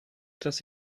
dass